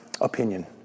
opinion